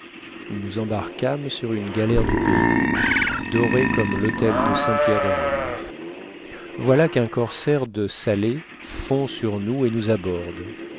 nous embarquâmes sur une galère du pays dorée comme l'autel de saint-pierre de rome voilà qu'un corsaire de salé fond sur nous et nous aborde